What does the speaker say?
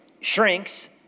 shrinks